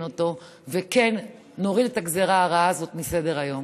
אותו ושכן נוריד את הגזרה הרעה הזאת מסדר-היום.